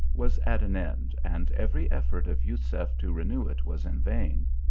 was at an end, and every effort of jusef to renew it was in vain.